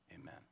Amen